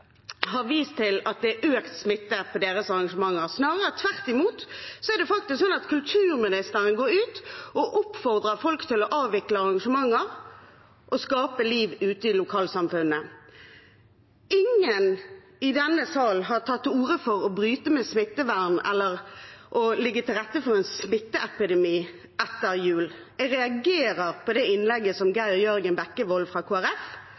har vist at det er økt smitte på deres arrangementer, snarere tvert imot. Kulturministeren går faktisk ut og oppfordrer folk til å avvikle arrangementer og skape liv ute i lokalsamfunnet. Ingen i denne salen har tatt til orde for å bryte med smittevern eller legge til rette for en smitteepidemi etter jul. Jeg reagerer på det innlegget som Geir Jørgen Bekkevold fra